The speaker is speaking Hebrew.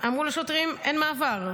אמרו לו שוטרים: אין מעבר.